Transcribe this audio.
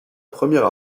première